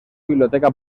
biblioteca